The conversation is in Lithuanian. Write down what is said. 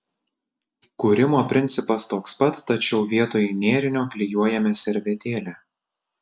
kūrimo principas toks pat tačiau vietoj nėrinio klijuojame servetėlę